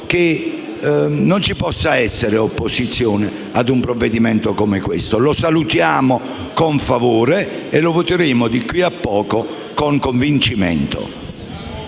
che non possa esservi opposizione a un provvedimento come quello in esame che salutiamo con favore e voteremo di qui a poco con convincimento.